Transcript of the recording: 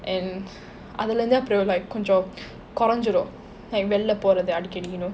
and other than that அதுலேர்ந்து அப்படி கொஞ்சம் கொறைஞ்சிடும் வெளியே போறது அடிக்கடி:athulernthu appadi konjam korainjidum veliye porathu adaikkadi you know